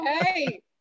hey